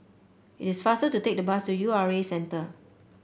it is faster to take the bus to U R A Centre